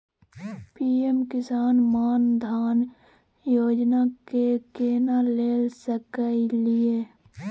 PM Kisan मान धान योजना के केना ले सकलिए?